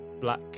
black